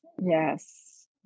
Yes